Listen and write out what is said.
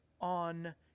on